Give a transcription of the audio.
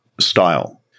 style